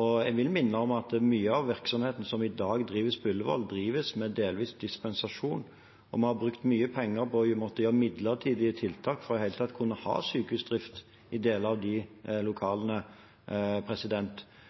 Jeg vil minne om at mye av virksomheten som i dag drives på Ullevål, drives med delvis dispensasjon, og vi har brukt mye penger på å måtte gjøre midlertidige tiltak for i det hele tatt å kunne ha sykehusdrift i deler av de